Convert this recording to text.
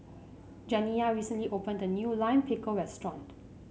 janiyah recently opened a new Lime Pickle restaurant